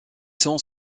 sont